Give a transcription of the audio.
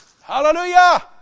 Hallelujah